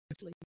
sleep